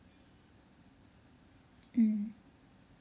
um